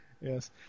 Yes